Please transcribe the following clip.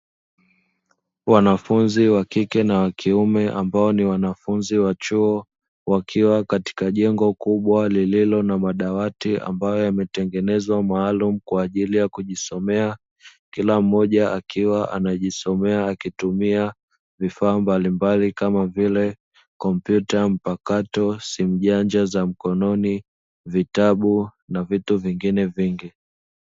Wanafunzi wa kike na wa kiume ambao ni wanafunzi wa chuo wakiwa katika jengo kubwa lililo na madawati ambayo yametengenezwa maalumu kwa ajili ya kujisomea, kila mmoja akiwa anajisomea akitumia vifaa mbalimbali kama vile kompyuta mpakato, simu janja za mkononi, vitabu na vitu vingine vingi.